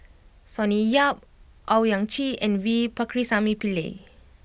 Sonny Yap Owyang Chi and V Pakirisamy Pillai